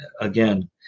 Again